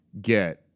get